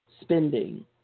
spending